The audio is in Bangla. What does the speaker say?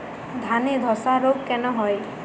ধানে ধসা রোগ কেন হয়?